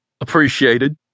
Appreciated